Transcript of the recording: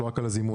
לא רק על הזימון,